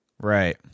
Right